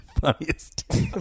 funniest